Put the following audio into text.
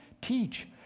teach